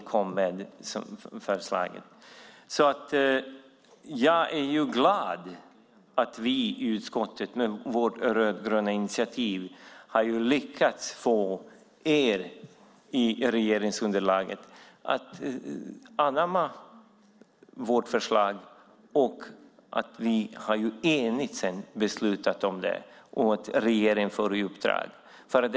Jag är glad att vi i utskottet med vårt rödgröna initiativ lyckades få er i regeringsunderlaget att anamma vårt förslag och att vi sedan enigt beslutade om att regeringen får detta i uppdrag.